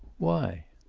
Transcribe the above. why?